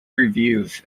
reviews